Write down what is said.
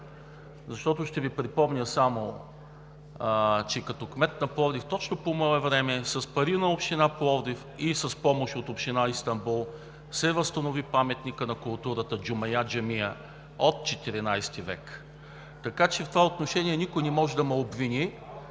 страната. Ще Ви припомня само, че като кмет на Пловдив точно по мое време с пари на община Пловдив и с помощ от община Истанбул се възстанови Паметникът на културата Джумая джамия от XIV век. Така че в това отношение никой не може да ме обвини,